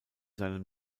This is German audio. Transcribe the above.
seinem